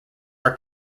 are